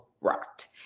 rocked